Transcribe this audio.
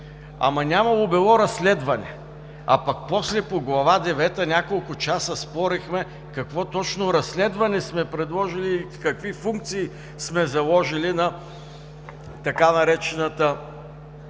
Ама нямало разследване! А пък после по Глава девета няколко часа спорихме какво точно разследване сме предложили и какви функции сме заложили на така наречената